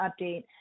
update